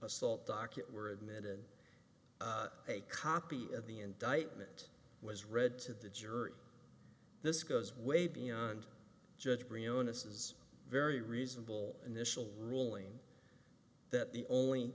assault docket were admitted a copy of the indictment was read to the jury this goes way beyond judge briona says very reasonable initial ruling that the only